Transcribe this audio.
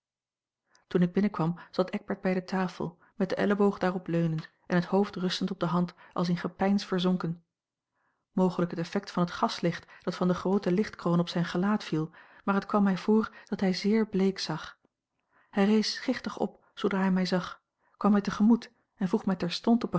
toen ik binnenkwam zat eckbert bij de tafel met den elleboog daarop leunend en het hoofd rustend op de hand als in gepeins verzonken mogelijk het effect van het gaslicht dat van de groote lichtkroon op zijn gelaat viel maar het kwam mij voor dat hij zeer bleek zag hij rees schichtig op zoodra hij mij zag kwam mij te gemoet en vroeg mij terstond op